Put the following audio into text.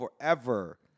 forever